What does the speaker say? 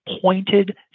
pointed